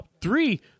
three